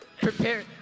Prepare